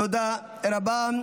תודה רבה.